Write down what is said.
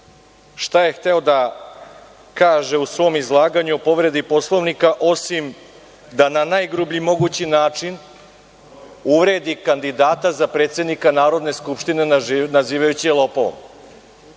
šta je hteo da kaže u svom izlaganju o povredi Poslovnika, osim da na najgrublji mogući način uvredi kandidata za predsednika Narodne skupštine nazivajući je lopovom.U